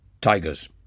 tigers